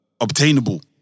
obtainable